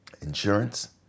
insurance